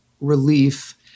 relief